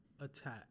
attack